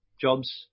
jobs